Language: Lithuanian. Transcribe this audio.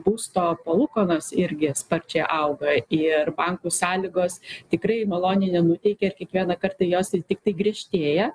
būsto palūkanos irgi sparčiai auga ir bankų sąlygos tikrai maloniai nenuteikia ir kiekvieną kartą jos tiktai griežtėja